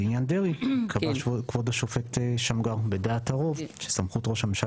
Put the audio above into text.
בעניין דרעי קבע כבוד השופט שמגר בדעת הרוב שסמכות ראש הממשלה